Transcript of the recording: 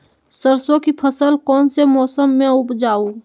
सरसों की फसल कौन से मौसम में उपजाए?